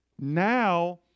Now